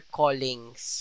callings